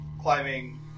climbing